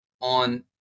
on